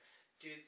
Dude